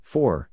Four